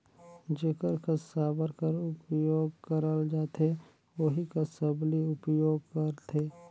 जेकर कस साबर कर उपियोग करल जाथे ओही कस सबली उपियोग करथे